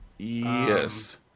Yes